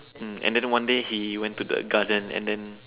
mm and then one day he went to the garden and then